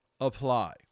apply